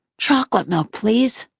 chocolate milk, please?